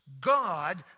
God